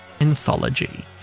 anthology